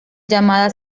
llamada